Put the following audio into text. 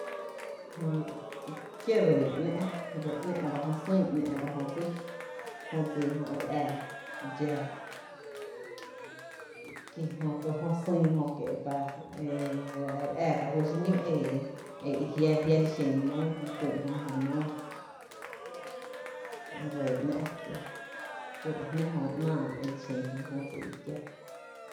Jä e e kie’ ree ba ‘ná’, ‘ná ba jö sÿÿ ‘ná’ ba jö dsíí, jö dsii jö e re ⱥⱥ dxⱥⱥ, kie’ jöto jö sÿÿ jö kie’ ta re ⱥⱥ ka fý xiñó’ e jia’ li xen nóó ki ku’n jö nóó, ree ba nⱥ’, kuro jnⱥ jö ‘naa kie’ li xen jan dso dsii ba kiáá.